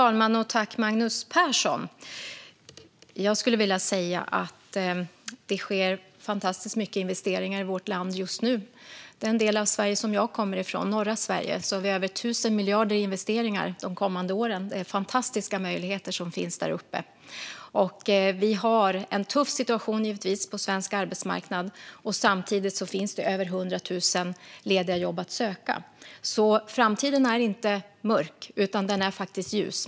Fru talman och Magnus Persson! Jag skulle vilja säga att det sker fantastiskt mycket investeringar i vårt land just nu. I den del av Sverige som jag kommer ifrån, norra Sverige, har vi över 1 000 miljarder i investeringar de kommande åren. Det är fantastiska möjligheter som finns där uppe. Vi har givetvis en tuff situation på svensk arbetsmarknad. Samtidigt finns det över 100 000 lediga jobb att söka, så framtiden är inte mörk, utan den är faktiskt ljus.